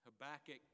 Habakkuk